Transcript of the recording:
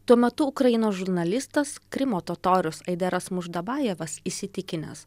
tuo metu ukrainos žurnalistas krymo totorius aideras muždabajevas įsitikinęs